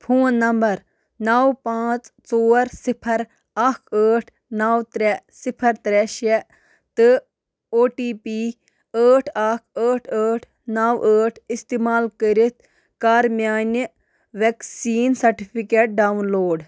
phone number نَو پانٛژھ ژور صفر اکھ ٲٹھ نَو ترٛےٚ صفر ترٛےٚ شےٚ تہٕ او ٹی پی ٲٹھ اکھ ٲٹھ ٲٹھ نَو ٲٹھ استعمال کٔرِتھ کر میانہِ ویٚکسیٖن سرٹِفکیٹ ڈاؤن لوڈ